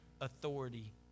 authority